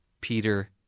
Peter